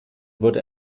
wurde